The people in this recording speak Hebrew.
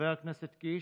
חבר הכנסת קיש,